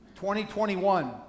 2021